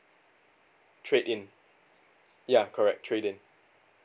trade in ya correct trade in